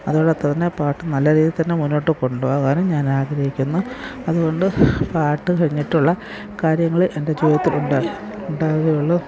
അതോടൊപ്പം തന്നെ പാട്ട് നല്ലരീതിയില്ത്തന്നെ മുന്നോട്ട് കൊണ്ടുപോകാനും ഞാനാഗ്രഹിക്കുന്നു അതുകൊണ്ട് പാട്ട് കഴിഞ്ഞിട്ടുള്ള കാര്യങ്ങള് എൻ്റെ ജീവിതത്തിലുണ്ടായി ഉണ്ടാവുകയുള്ളു